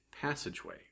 passageway